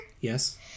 Yes